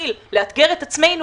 שנתחיל לאתגר את עצמנו,